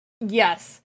Yes